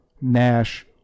Nash